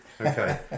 Okay